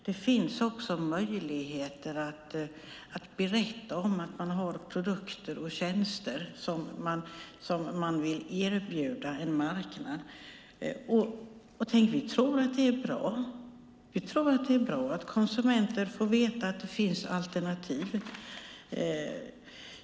Det finns också möjligheter att berätta om att man har produkter och tjänster som man vill erbjuda en marknad. Och tänk, vi tror att det är bra! Vi tror att det är bra att konsumenter får veta att det finns alternativ.